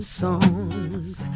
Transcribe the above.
songs